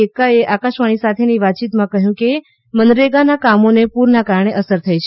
એક્કાએ આકાશવાણી સાથેની વાતયીતમાં કહ્યું કે મનરેગાના કામોને પૂરના કારણે અસર થઇ છે